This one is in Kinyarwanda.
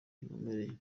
kinkomereye